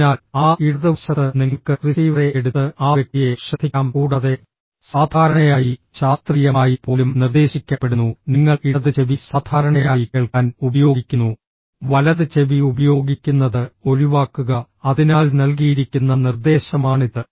അതിനാൽ ആ ഇടതുവശത്ത് നിങ്ങൾക്ക് റിസീവറെ എടുത്ത് ആ വ്യക്തിയെ ശ്രദ്ധിക്കാം കൂടാതെ സാധാരണയായി ശാസ്ത്രീയമായി പോലും നിർദ്ദേശിക്കപ്പെടുന്നു നിങ്ങൾ ഇടത് ചെവി സാധാരണയായി കേൾക്കാൻ ഉപയോഗിക്കുന്നു വലത് ചെവി ഉപയോഗിക്കുന്നത് ഒഴിവാക്കുക അതിനാൽ നൽകിയിരിക്കുന്ന നിർദ്ദേശമാണിത്